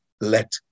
let